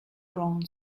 wrong